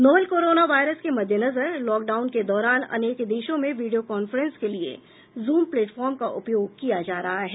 novel coronavirus के मद्देनजर lockdown के दौरान अनेक देशों में वीडियो कांफ्रेंस के लिए जूम प्लेटफार्म का उपयोग किया जा रहा है